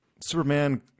Superman